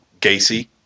Gacy